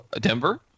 denver